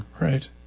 Right